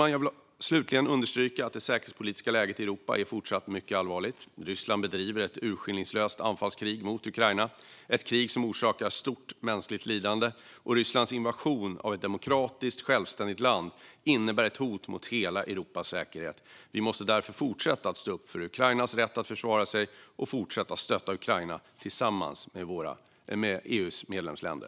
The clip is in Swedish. Jag vill slutligen understryka att det säkerhetspolitiska läget i Europa är fortsatt mycket allvarligt. Ryssland bedriver ett urskillningslöst anfallskrig mot Ukraina, ett krig som orsakar stort mänskligt lidande. Rysslands invasion av ett demokratiskt, självständigt land innebär ett hot mot hela Europas säkerhet. Vi måste fortsätta att stå upp för Ukrainas rätt att försvara sig och fortsätta att stötta Ukraina tillsammans med EU:s medlemsländer.